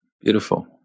Beautiful